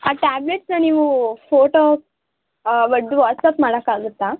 ಆ ಟ್ಯಾಬ್ಲೆಟನ್ನ ನೀವು ಫೋಟೋ ಹೊಡ್ದು ವಾಟ್ಸ್ಆ್ಯಪ್ ಮಾಡೋಕ್ಕಾಗುತ್ತಾ